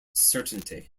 certainty